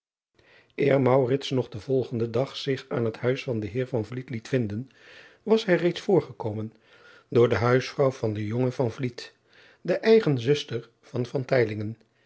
nog den volgenden dag zich aan het huis van den eer liet vinden was hij reeds voorgekomen door de huisvrouw van den jongen de eigen zuster van